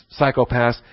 psychopaths